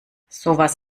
sowas